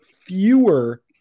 fewer